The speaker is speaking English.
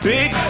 Big